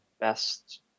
best